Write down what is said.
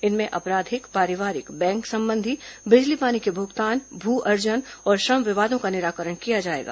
इनमें आपराधिक पारिवारिक बैंक संबंधी बिजली पानी के भुगतान भू अर्जन और श्रम विवादों का निराकरण किया जाएगा